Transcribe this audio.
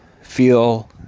feel